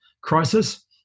crisis